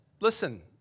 listen